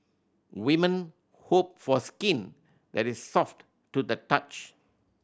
women hope for skin that is soft to the touch